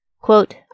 Quote